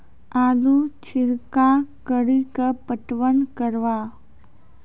आलू छिरका कड़ी के पटवन करवा?